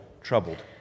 troubled